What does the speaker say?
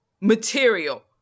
material